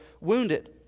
wounded